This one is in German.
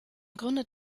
gründet